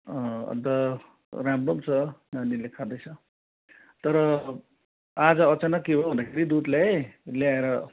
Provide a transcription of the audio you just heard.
अन्त राम्रो पनि छ नानीले खाँदैछ तर आज अचानक के भयो भन्दाखेरि दुध ल्याएँ ल्याएर